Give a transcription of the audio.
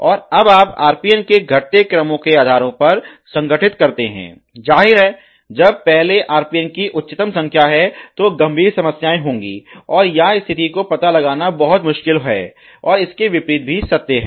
और अब आप RPN के घटते क्रम के आधारों पर संगठित करते हैं जाहिर है जब पहले RPN की उच्चतम संख्या है तो गंभीर समस्याएं होंगी और यह स्थिति को पता लगाना बहुत मुश्किल है और इसके विपरीत भी सत्य है